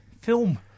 film